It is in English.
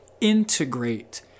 integrate